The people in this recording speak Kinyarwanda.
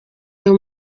ayo